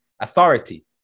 authority